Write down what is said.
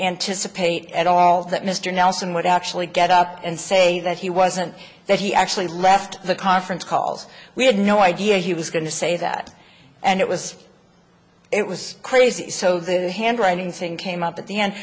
anticipate at all that mr nelson would actually get up and say that he wasn't that he actually left the conference calls we had no idea he was going to say that and it was it was crazy so the handwriting saying came up at the end